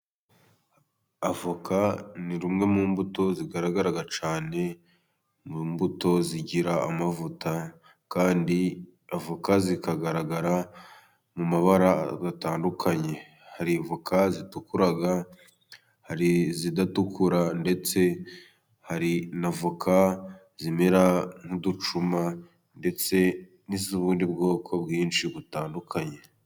Avoka ni rumwe mu mbuto zigaragara cyane mu mbuto zigira amavuta, kandi avoka zigaragara mu mabara atandukanye. Hari avoka zitukura, hari izidatukura, ndetse hari n'avoka zimera nk'uducuma, ndetse n'iz'ubundi bwoko bwinshi butandukanye.